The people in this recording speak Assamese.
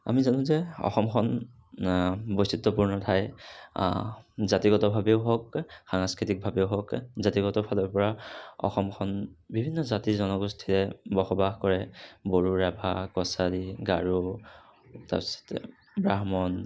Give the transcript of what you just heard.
আমি জানো যে অসমখন বৈচিত্ৰপূৰ্ণ ঠাই জাতিগত ভাবেও হওঁক সাংস্কৃতিক ভাবেও হওঁক জাতিগত ফালৰ পৰা অসমখনত বিভিন্ন জাতি জনগোষ্ঠীয়ে বসবাস কৰে বড়ো ৰাভা কছাৰী গাৰো তাৰপিছতে ব্ৰাহ্মণ